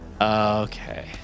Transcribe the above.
Okay